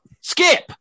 Skip